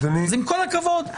עם כל הכבוד,